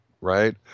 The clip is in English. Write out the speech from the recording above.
Right